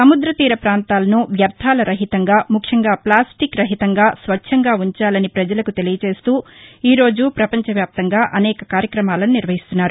సముద్ర తీర ప్రాంతాలను వ్యర్ణాల రహితంగా ముఖ్యంగా ఫ్లాస్టిక్ రహితంగా స్వచ్చంగా ఉంచాలని పజలకు తెలియచేస్తూ ఈ రోజు ప్రపంచ వ్యాప్తంగా అనేక కార్యక్రమాలను నిర్వహిస్తున్నారు